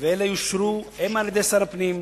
ואלה יאושרו הן על-ידי שר הפנים,